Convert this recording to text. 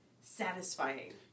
satisfying